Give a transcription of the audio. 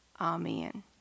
Amen